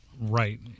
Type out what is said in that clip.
right